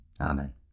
Amen